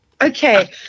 Okay